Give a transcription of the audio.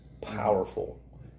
powerful